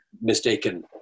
mistaken